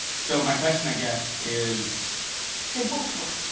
so, my question i guess is they both work.